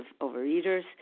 overeaters